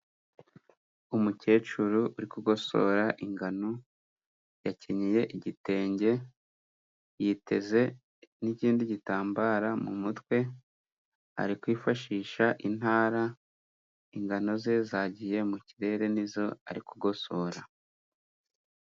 Umukecuru uri kugosora ingano, yakenyeye igitenge yiteze n'ikindi gitambaro mu mutwe, ari kwifashisha intara, ingano ze zagiye mu kirere nizo ari kugosora.